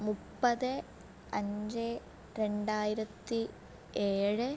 മുപ്പത് അഞ്ച് രണ്ടായിരത്തി ഏഴ്